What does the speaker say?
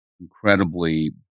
incredibly